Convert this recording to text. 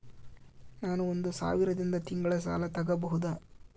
ನಾನು ಒಂದು ಸಾವಿರದಿಂದ ತಿಂಗಳ ಸಾಲ ತಗಬಹುದಾ?